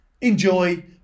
enjoy